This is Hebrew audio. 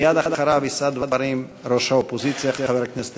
מייד אחריו יישא דברים ראש האופוזיציה חבר הכנסת